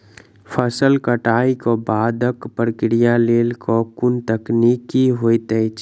फसल कटाई केँ बादक प्रक्रिया लेल केँ कुन तकनीकी होइत अछि?